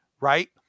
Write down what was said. right